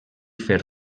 fer